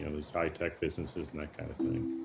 you know these high tech businesses, and that kind of thing.